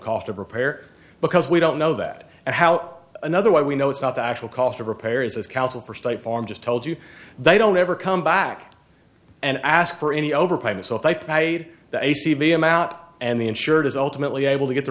cost of repair because we don't know that and how another why we know it's not the actual cost of repairs as counsel for state farm just told you they don't ever come back and ask for any overpayment so if i paid the acb i'm out and the insured is ultimately able to get the